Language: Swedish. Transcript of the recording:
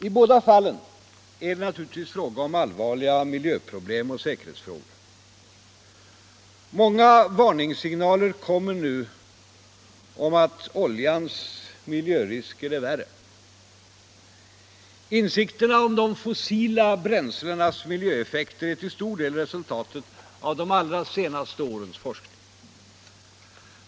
I båda fallen är det naturligtvis fråga om allvarliga miljöproblem och säkerhetsfrågor. Många varningssignaler kommer nu om att oljans miljörisker blir värre. Insikterna om de fossila bränslenas miljöeffekter är till stor del resultatet av de allra senaste årens forskning.